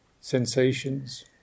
sensations